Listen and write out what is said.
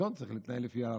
השלטון צריך להתנהל לפי ההלכה.